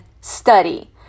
study